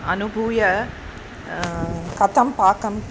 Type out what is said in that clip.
अनुभूय कथं पाकम्